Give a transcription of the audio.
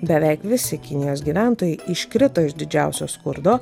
beveik visi kinijos gyventojai iškrito iš didžiausio skurdo